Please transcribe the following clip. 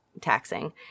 taxing